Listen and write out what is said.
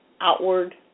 outward